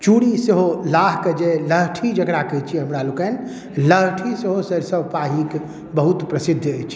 चूड़ी सेहो लाहके जे लहठी जकरा कहै छियै हमरा लोकनि लहठी सेहो सरिसब पाहीके बहुत प्रसिद्ध अछि